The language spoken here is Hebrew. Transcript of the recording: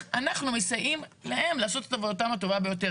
אנחנו מסייעים להם לעשות את עבודתם הטובה ביותר.